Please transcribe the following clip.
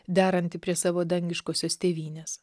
derantį prie savo dangiškosios tėvynės